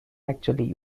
actually